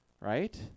right